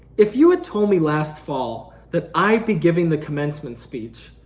if you had told me last fall that i'd be giving the commencement speech,